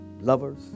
Lovers